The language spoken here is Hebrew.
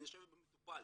אני יושב עם המטופל